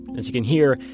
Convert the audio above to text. as you can hear,